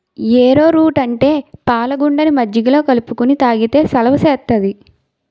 ఏరో route అంటే పాలగుండని మజ్జిగలో కలుపుకొని తాగితే సలవ సేత్తాది